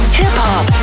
hip-hop